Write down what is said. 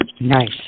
nice